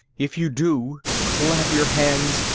if you do, clap your hands,